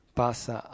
passa